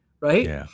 right